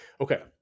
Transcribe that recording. Okay